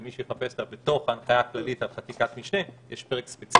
מי שיחפש אותה בתוך ההנחיה הכללית על חקיקת משנה יש פרק ספציפי.